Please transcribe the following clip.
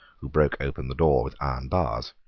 who broke open the door with iron bars.